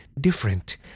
different